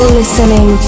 listening